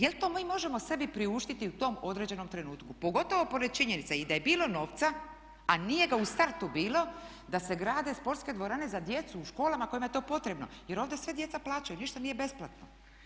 Jel' to mi možemo sebi priuštiti u tom određenom trenutku, pogotovo pored činjenice i da je bilo nova, a nije ga u startu bilo da se grade sportske dvorane za djecu u školama kojima je to potrebno jer ovdje sve djeca plaćaju, ništa nije besplatno.